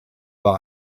war